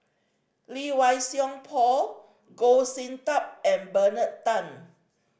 Lee Wei Song Paul Goh Sin Tub and Bernard Tan